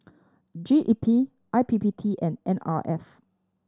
G E P I P P T and N R F